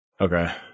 Okay